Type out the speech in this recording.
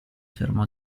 fermò